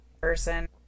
person